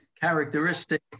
characteristic